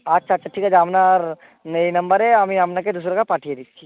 আচ্ছা আচ্ছা ঠিক আছে আপনার এই নম্বরে আমি আপনাকে দুশো টাকা পাঠিয়ে দিচ্ছি